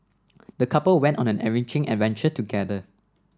the couple went on an enriching adventure together